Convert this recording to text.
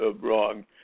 wrong